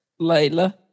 Layla